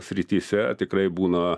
srityse tikrai būna